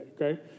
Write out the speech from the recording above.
Okay